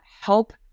help